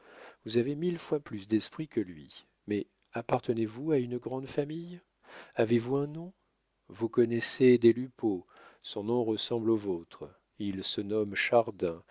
vous avez mille fois plus d'esprit que lui mais appartenez vous à une grande famille avez-vous un nom vous connaissez des lupeaulx son nom ressemble au vôtre il se nomme chardin